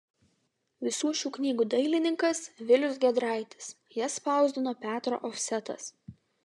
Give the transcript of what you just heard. visų šių knygų dailininkas vilius giedraitis jas spausdino petro ofsetas